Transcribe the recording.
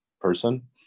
person